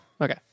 Okay